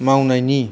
मावनायनि